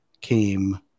came